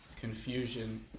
confusion